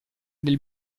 del